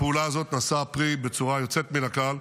הפעולה הזאת נשאה פרי בצורה יוצאת מן הכלל.